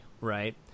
right